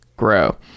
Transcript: grow